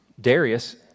darius